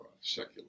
secular